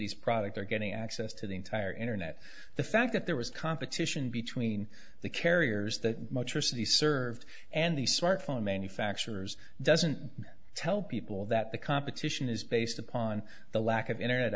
city's product are getting access to the entire internet the fact that there was competition between the carriers the motor city served and the smart phone manufacturers doesn't tell people that the competition is based upon the lack of internet